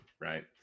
right